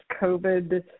COVID